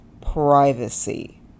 privacy